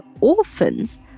orphans